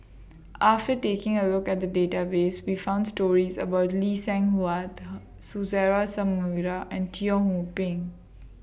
after taking A Look At The Database We found stories about Lee Seng Huat Suzairhe Sumari and Teo Ho Pin